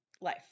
life